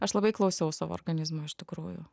aš labai klausiau savo organizmo iš tikrųjų